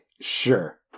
sure